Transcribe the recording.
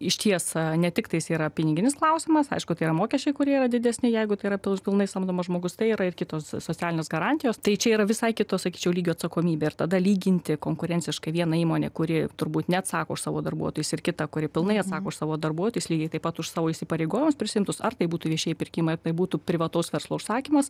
išties ne tiktais yra piniginis klausimas aišku tai yra mokesčiai kurie yra didesni jeigu tai yra pilnai samdomas žmogus tai yra ir kitos socialinės garantijos tai čia yra visai kitos sakyčiau lygių atsakomybė ir tada lyginti konkurenciškai vieną įmonę kuri turbūt neatsako už savo darbuotojus ir kita kuri pilnai atsako už savo darbuotojus lygiai taip pat už savo įsipareigojimus prisiimtus ar tai būtų viešieji pirkimai ar tai būtų privataus verslo užsakymas